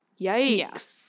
Yikes